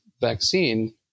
vaccine